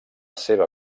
seva